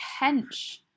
hench